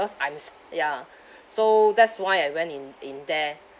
because I'm s~ ya so that's why I went in in there